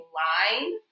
line